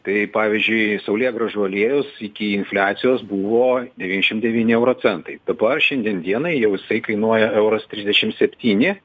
tai pavyzdžiui saulėgrąžų aliejus iki infliacijos buvo devyniasdešimt devyni euro centai dabar šiandien dienai jau jisai kainuoja euras trisdešimt septyni